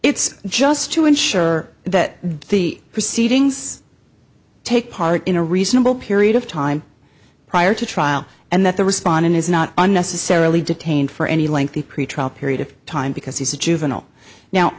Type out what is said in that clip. it's just to ensure that the proceedings take part in a reasonable period of time prior to trial and that the respondent is not unnecessarily detained for any lengthy pretrial period of time because he's a juvenile now